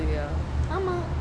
ஆமா:ama